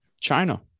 China